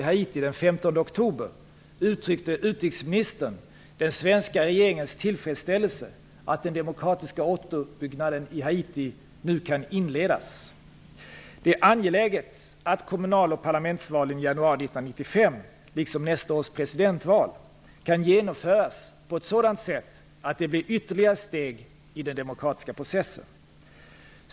Haiti den 15 oktober uttryckte utrikesministern den svenska regeringens tillfredsställelse med att den demokratiska återuppbyggnaden i Haiti nu kan inledas. Det är angeläget att kommunal och parlamentsvalen i januari 1995, liksom nästa års presidentval, kan genomföras på ett sådant sätt att de blir ytterligare steg i den demokratiska processen.